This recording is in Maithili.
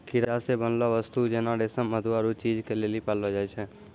कीड़ा से बनलो वस्तु जेना रेशम मधु आरु चीज के लेली पाललो जाय छै